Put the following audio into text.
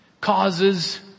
causes